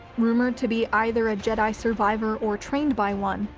rumored to be either a jedi survivor or trained by one,